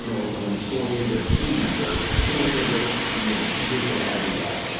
you know with some employees or team members to make sure it looks, you know, good for everybody.